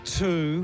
two